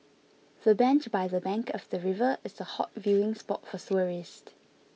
the bench by the bank of the river is a hot viewing spot for tourists